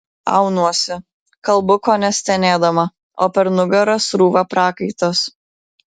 aunuosi kalbu kone stenėdama o per nugarą srūva prakaitas